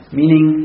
meaning